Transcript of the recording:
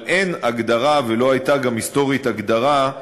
אבל אין הגדרה, ולא הייתה גם היסטורית הגדרה,